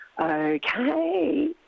Okay